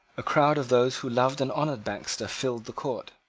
a crowd of those who loved and honoured baxter filled the court.